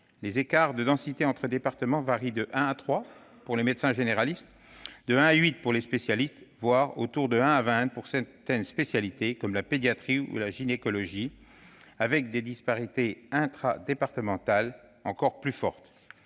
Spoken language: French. Les écarts de densité entre départements varient de 1 à 3 pour les médecins généralistes et de 1 à 8 pour les spécialistes, voire autour de 1 à 20 pour certaines spécialités comme la pédiatrie ou la gynécologie, avec des disparités infradépartementales encore plus fortes.